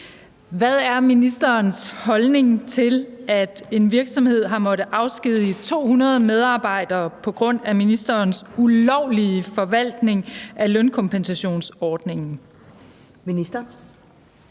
Hvad er ministerens holdning til, at en virksomhed har måttet afskedige 200 medarbejdere på grund af ministerens ulovlige forvaltning af lønkompensationsordningen?